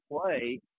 play